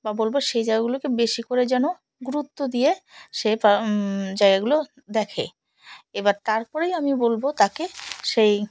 বা বলবো সেই জায়গাগুলোকে বেশি করে যেন গুরুত্ব দিয়ে সেই জায়গাগুলো দেখে এবার তারপরেই আমি বলবো তাকে সেই